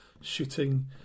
shooting